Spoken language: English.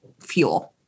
fuel